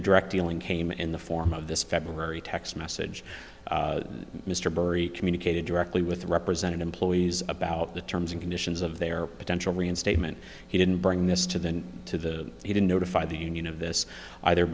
the direct dealing came in the form of this february text message mr burry communicated directly with represented employees about the terms and conditions of their potential reinstatement he didn't bring this to than to the he didn't notify the union of this either